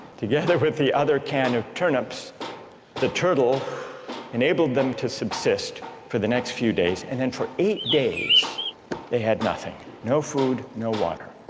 together with the other can of turnips the turtle enabled them to subsist for the next few days and then for eight days they had nothing no food no water.